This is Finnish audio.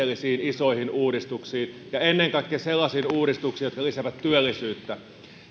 kaikkea rakenteellisiin isoihin uudistuksiin ja ennen kaikkea sellaisiin uudistuksiin jotka lisäävät työllisyyttä